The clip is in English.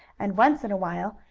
and, once in a while,